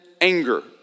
anger